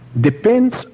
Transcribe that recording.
depends